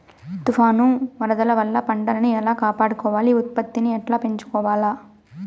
తుఫాను, వరదల వల్ల పంటలని ఎలా కాపాడుకోవాలి, ఉత్పత్తిని ఎట్లా పెంచుకోవాల?